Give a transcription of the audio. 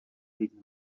leaving